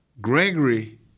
Gregory